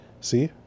See